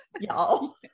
y'all